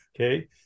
Okay